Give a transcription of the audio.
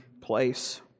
place